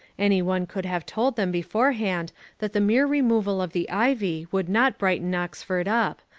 any one could have told them beforehand that the mere removal of the ivy would not brighten oxford up,